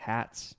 Hats